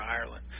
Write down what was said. Ireland